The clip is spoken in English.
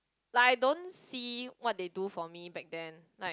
like I don't see what they do for me back then